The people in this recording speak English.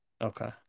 Okay